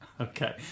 Okay